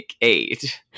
eight